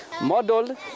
Model